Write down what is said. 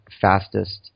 fastest